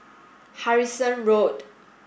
Harrison Road